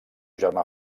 germà